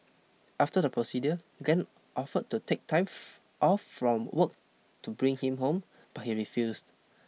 after the procedure Glen offered to take time off from work to bring him home but he refused